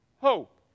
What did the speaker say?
hope